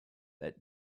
that